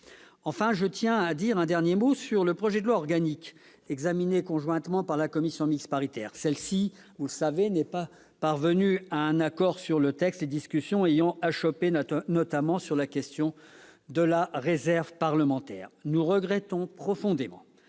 Enfin, je tiens à dire un mot sur le projet de loi organique examiné conjointement par la commission mixte paritaire. Celle-ci, vous le savez, mes chers collègues, n'est pas parvenue à un accord sur le texte, les discussions ayant achoppé notamment sur la question de la réserve parlementaire. Nous regrettons profondément